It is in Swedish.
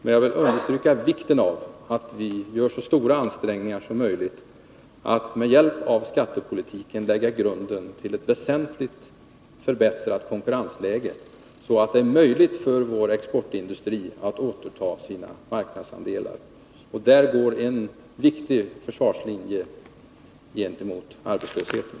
Men jag vill understryka vikten av att vi gör så stora ansträngningar som möjligt för att med hjälp av skattepolitiken lägga grunden till ett väsentligt förbättrat konkurrensläge, så att det blir möjligt för vår exportindustri att återta sina marknadsandelar. Där går en viktig försvarslinje gentemot arbetslösheten.